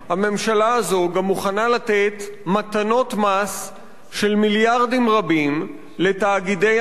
הממשלה הזאת גם מוכנה לתת מתנות מס של מיליארדים רבים לתאגידי ענק.